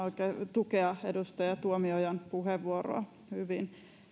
tukea edustaja tuomiojan puheenvuoroa hyvin